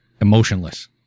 emotionless